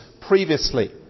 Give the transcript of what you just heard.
previously